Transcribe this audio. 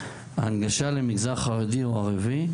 ההנגשה למגזר החרדי או הערבי,